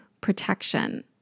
protection